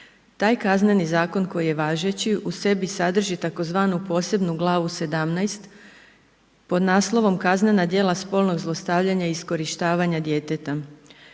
Taj Kazneni zakon koji je važeći u sebi sadrži tzv. posebnu glavu 17 pod naslovom Kaznena djela spolnog zlostavljanja i iskorištavanja djeteta